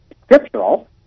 scriptural